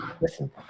Listen